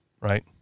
Right